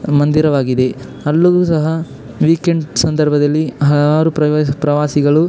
ಮಂದಿರವಾಗಿದೆ ಅಲ್ಲಿಯೂ ಸಹ ವೀಕೆಂಡ್ ಸಂದರ್ಭದಲ್ಲಿ ಹಲವಾರು ಪ್ರವಾಸಿ ಪ್ರವಾಸಿಗಳು